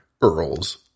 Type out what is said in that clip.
Earls